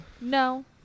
No